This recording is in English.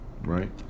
right